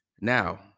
Now